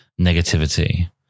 negativity